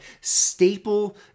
staple